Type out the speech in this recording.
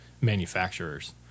manufacturers